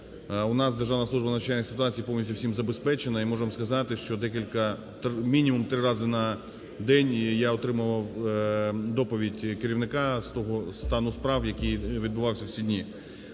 У нас Державна служба надзвичайних ситуацій повністю всім забезпечена. І можу вам сказати, що декілька, мінімум три рази на день, і я отримував доповідь керівника з того стану справ, який відбувався в ці дні.